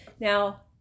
Now